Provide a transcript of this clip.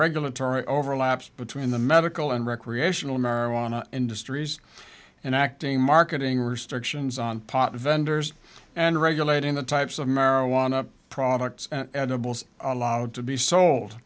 regulatory overlaps between the medical and recreational marijuana industries and acting marketing restrictions on pot vendors and regulating the types of marijuana products edibles allowed to be sold